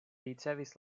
ricevis